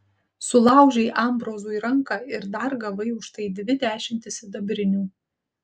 sulaužei ambrozui ranką ir dar gavai už tai dvi dešimtis sidabrinių